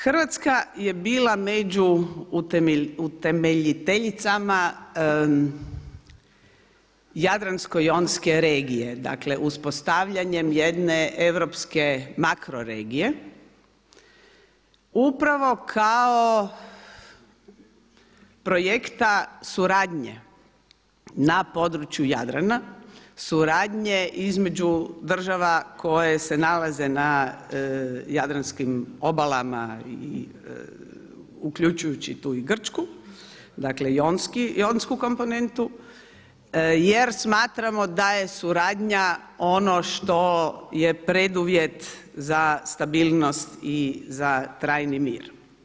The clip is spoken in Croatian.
Hrvatska je bila među utemeljiteljicama Jadransko-jonske regije, dakle uspostavljanjem jedne europske makroregije upravo kao projekta suradnje na području Jadrana, suradnje između država koje se nalaze na jadranskim obalama, uključujući tu i Grčku dakle jonsku komponentu jer smatramo da je suradnja ono što je preduvjet za stabilnost i za trajni mir.